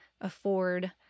afford